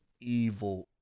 evil